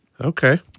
Okay